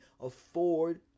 afford